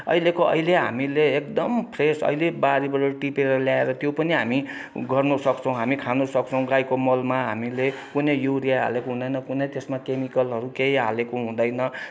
अहिलेको अहिले हामीले एकदम फ्रेस अहिले बारीबाट टिपेर ल्याएर त्यो पनि हामी गर्नु सक्छौँ हामी खानु सक्छौँ गाईको मलमा हामीले कुनै युरिया हालेको हुँदैन कुनै त्यसमा केमिकलहरू केही हालेको हुँदैन